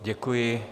Děkuji.